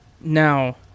Now